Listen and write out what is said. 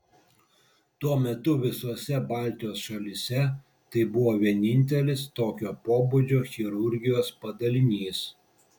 tuo metu visose baltijos šalyse tai buvo vienintelis tokio pobūdžio chirurgijos padalinys